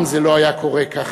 ופעם זה לא היה קורה כך,